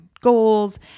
goals